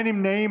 אין נמנעים.